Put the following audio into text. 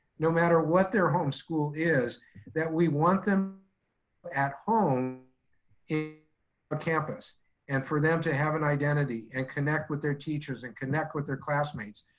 no matter what their home school is that we want them at home cloud but campus and for them to have an identity and connect with their teachers and connect with their classmates.